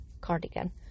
cardigan